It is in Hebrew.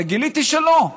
גיליתי שלא.